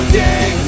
day